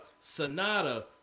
Sonata